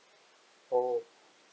oh